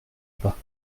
pas